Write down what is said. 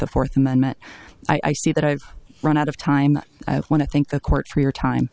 the fourth amendment i see that i've run out of time i want to thank the court for your time